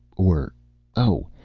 or oh,